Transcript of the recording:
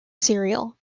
serial